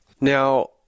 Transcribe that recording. Now